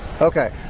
Okay